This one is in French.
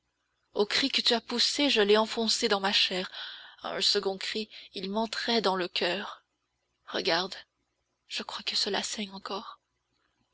au cri que tu as poussé je l'ai enfoncé dans ma chair à un second cri il m'entrait dans le coeur regarde je crois que cela saigne encore